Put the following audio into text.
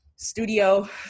Studio